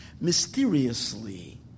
Mysteriously